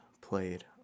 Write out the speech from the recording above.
played